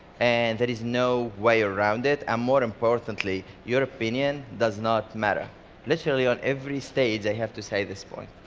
and there is no way around it. um more importantly, your opinion does not matter literally on every stage, i have to say this point,